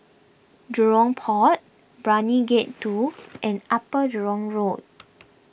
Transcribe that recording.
Jurong Port Brani Gate two and Upper Jurong Road